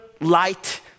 light